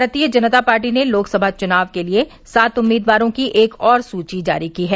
भारतीय जनता पार्टी ने लोकसभा चुनाव के लिए सात उम्मीदवारों की एक और सूची जारी की है